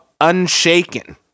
Unshaken